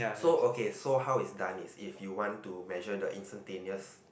so okay so how is done is if you want to measure the instantaneous